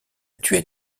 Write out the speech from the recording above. tué